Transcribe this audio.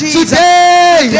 Today